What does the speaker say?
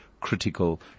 critical